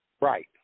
right